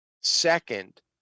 Second